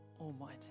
almighty